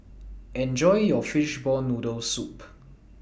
Enjoy your Fishball Noodle Soup